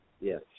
Yes